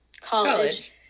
college